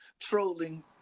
trolling